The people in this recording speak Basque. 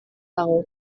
dago